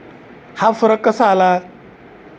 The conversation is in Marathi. हा फरक कसा आला